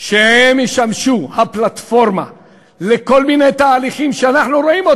שהם ישמשו הפלטפורמה לכל מיני תהליכים שאנחנו רואים,